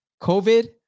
COVID